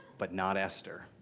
but not esther.